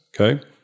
okay